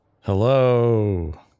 Hello